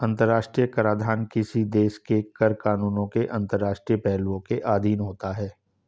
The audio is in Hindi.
अंतर्राष्ट्रीय कराधान किसी देश के कर कानूनों के अंतर्राष्ट्रीय पहलुओं के अधीन होता है